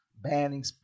banning